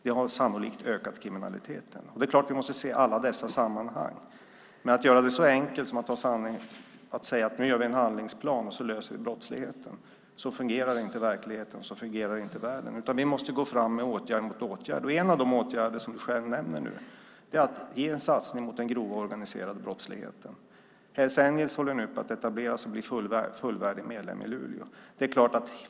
Det har sannolikt ökat kriminaliteten. Det är klart att vi måste se alla dessa sammanhang. Att göra det så enkelt som att säga att vi gör en handlingsplan så löser vi brottsligheten fungerar inte i verkligheten. Så fungerar inte världen, utan vi måste gå fram åtgärd för åtgärd. En av de åtgärder som Lena Olsson själv nämner är en satsning mot den grova organiserade brottsligheten. Hells Angels håller på att etableras och bli fullvärdig medlem i Luleå.